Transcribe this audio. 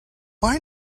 why